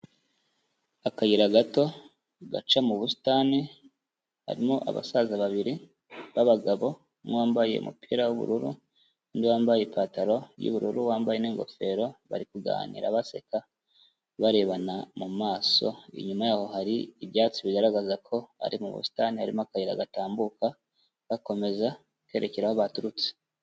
Akayira gato gaca mu busitani, harimo abasaza babiri b'abagabo, umwe wambaye umupira w'ubururu n'undi wambaye ipantaro y'ubururu wambaye n'ingofero, bari kuganira baseka barebana mu maso, inyuma yabo hari ibyatsi bigaragaza ko ari mu busitani, harimo akayira gatambuka, gakomeza kereke aho baturutse.